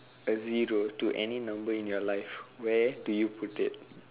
a zero to any number in your life where do you put it